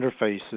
interfaces